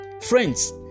Friends